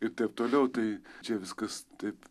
ir taip toliau tai čia viskas taip